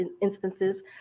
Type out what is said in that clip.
instances